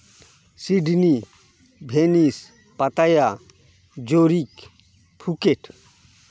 Sydney ᱵᱷᱮᱱᱤᱥ ᱯᱟᱛᱟᱭᱟ ᱡᱩᱨᱤᱠ ᱯᱷᱩᱠᱮᱴ